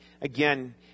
again